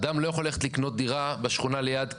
אדם לא יכול ללכת לקנות דירה בשכונה ליד,